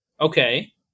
Okay